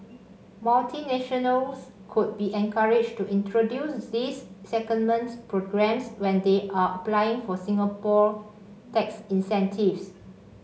multinationals could be encouraged to introduce these secondment programmes when they are applying for Singapore tax incentives